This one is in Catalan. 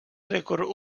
rècord